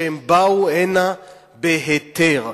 שבאו הנה בהיתר.